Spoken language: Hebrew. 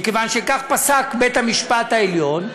מכיוון שכך פסק בית-המשפט העליון,